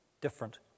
different